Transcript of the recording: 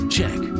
Check